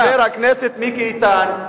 חבר הכנסת מיקי איתן,